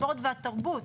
הספורט והתרבות.